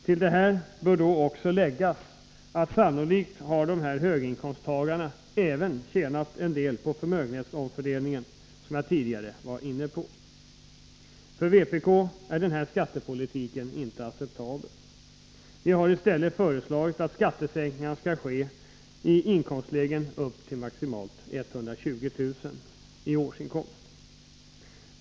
Till det bör också läggas att dessa höginkomsttagare sannolikt även har tjänat en del på förmögenhetsomfördelningen, som jag tidigare varit inne på. För vpk är denna skattepolitik inte acceptabel. Vi har i stället föreslagit att skattesänkningarna skall ske i inkomstlägen upp till maximalt 120 000 kr. i årsinkomst.